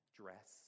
dress